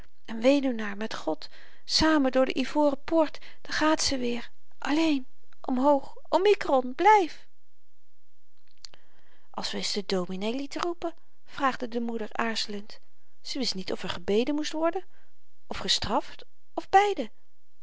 een weduwnaar met god samen door de ivoren poort daar gaat ze weêr alléén omhoog omikron blyf als we eens den dominee lieten roepen vraagde de moeder aarzelend ze wist niet of er gebeden moest worden of gestraft of beide